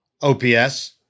OPS